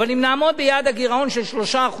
אבל, אם נעמוד ביעד הגירעון של 3%,